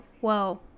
Whoa